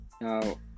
Now